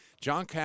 John